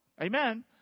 Amen